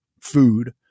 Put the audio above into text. food